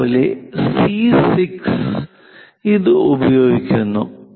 അതുപോലെ സി 6 ഇത് ഉപയോഗിക്കുന്നു